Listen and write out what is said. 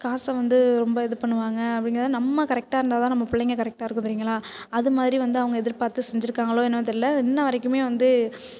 காசை வந்து ரொம்ப இது பண்ணுவாங்க அப்டிங்கிறதால நம்ம கரெக்டாக இருந்தால் தான் நம்ம பிள்ளைங்க கரெக்டாக இருக்கும் தெரியுங்களா அதுமாதிரி வந்து அவங்க எதிர்பார்த்து செஞ்சுருக்காங்களோ என்னமோ தெரில இன்று வரைக்கும் வந்து